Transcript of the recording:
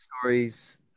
stories